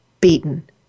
beaten